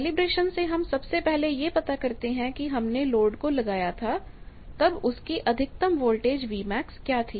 calibration में हम सबसे पहले यह पता करते हैं कि जब हमने लोड को लगाया था तब उसकी अधिकतम वोल्टेज Vmax क्या थी